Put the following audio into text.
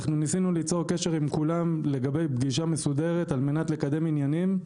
אנחנו ניסינו ליצור קשר עם כולם לגבי פגישה מסודרת על מנת לקדם עניינים,